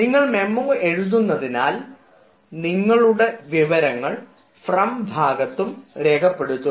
നിങ്ങൾ മെമ്മോ എഴുതുന്നതിനാൽ നിങ്ങളുടെ വിവരങ്ങൾ ഫ്രം ഭാഗത്ത് രേഖപ്പെടുത്തുക